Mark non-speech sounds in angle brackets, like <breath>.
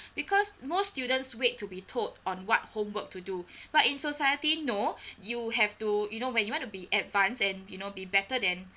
because most students wait to be told on what homework to do <breath> but in society no <breath> you have to you know when you want to be advance and you know be better than